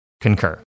Concur